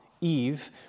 Eve